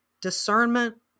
discernment